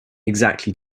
exactly